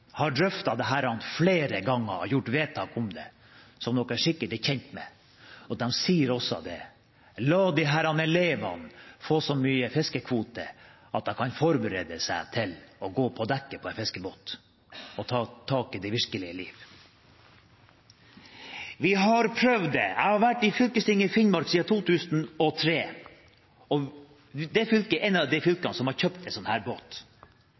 flere ganger og gjort vedtak om det, som dere sikkert er kjent med. De sier også at disse elevene må få så mye fiskekvoter at de kan forberede seg til å gå på dekket på en fiskebåt og ta del i det virkelige liv. Vi har prøvd det. Jeg har vært i fylkestinget i Finnmark siden 2003, og det fylket er et av de fylkene som har kjøpt en slik båt.